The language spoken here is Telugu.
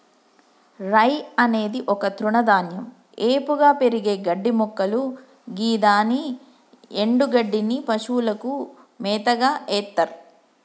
రై అనేది ఒక తృణధాన్యం ఏపుగా పెరిగే గడ్డిమొక్కలు గిదాని ఎన్డుగడ్డిని పశువులకు మేతగ ఎత్తర్